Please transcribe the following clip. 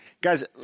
Guys